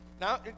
Now